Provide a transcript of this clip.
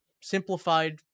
simplified